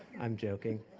i'm joking.